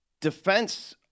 defense